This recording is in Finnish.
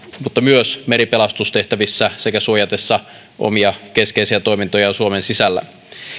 mutta myös meripelastustehtävissä sekä suojatessaan omia keskeisiä toimintojaan suomen sisällä